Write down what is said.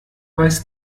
weiß